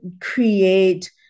create